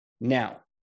Now